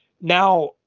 Now